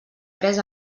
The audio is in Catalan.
pres